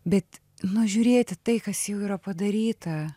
bet nu žiūrėt į tai kas jau yra padaryta